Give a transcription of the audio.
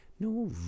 no